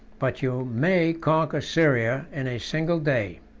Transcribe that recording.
but you may conquer syria in a single day.